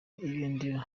ibendera